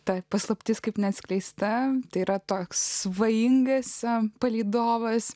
ta paslaptis kaip neatskleista tai yra toks svajingas sau palydovas